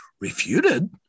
refuted